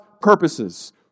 purposes